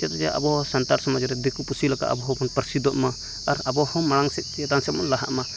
ᱪᱮᱫᱟᱜ ᱡᱮ ᱟᱵᱚ ᱥᱟᱱᱛᱟᱲ ᱥᱚᱢᱟᱡᱽ ᱨᱮ ᱫᱤᱠᱩ ᱯᱩᱥᱤ ᱞᱮᱠᱟ ᱟᱵᱚ ᱦᱚᱸ ᱵᱟᱱ ᱯᱟᱹᱥᱤᱫᱚᱜ ᱢᱟ ᱟᱨ ᱟᱵᱚ ᱦᱚᱸ ᱢᱟᱲᱟᱝ ᱥᱮᱫ ᱪᱮᱛᱟᱱ ᱥᱮᱫ ᱵᱚᱱ ᱞᱟᱦᱟᱜ ᱢᱟ